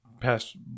past